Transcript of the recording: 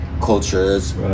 cultures